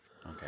Okay